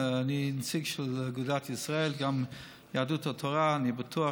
נציג של אגודת ישראל, וגם יהדות התורה, אנחנו בטוח